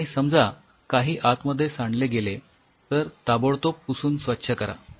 आणि समजा काही आतमध्ये सांडले गेले तर ताबडतोब पुसून स्वच्छ करा